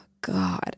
God